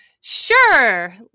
Sure